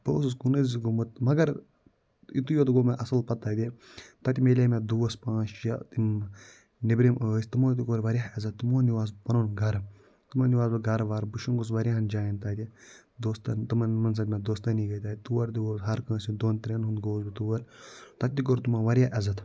بہٕ اوسُس کُنٕے زٕ گومُت مگر یِتُے یوٗت گوٚو مےٚ اَصٕل پتہٕ تَتہِ تَتہِ مِلیے مےٚ دۄس پانٛژھ شےٚ یِم نٮ۪برِم ٲسۍ تِمَو تہِ کوٚر واریاہ عزت تِمَو نِوہَس بہٕ پَنُن گَرٕ تِمَو نِوہَس بہٕ گَرٕ وَرٕ بہٕ شۄنٛگُس واریاہَن جایَن تَتہِ دۄستَن تِمَن منٛز ییٚلہِ مےٚ دۄستٲنی گٔے تَتہِ تور تہِ گوٚو ہر کانٛسہِ ہُنٛد دۄن ترٛیٚن ہُنٛد گۄوُس بہٕ تور تَتہِ تہِ کوٚر تِمَو واریاہ عزت